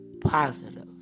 positive